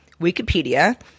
Wikipedia